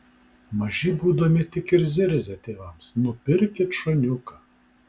maži būdami tik ir zirzia tėvams nupirkit šuniuką